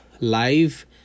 live